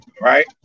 Right